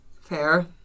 Fair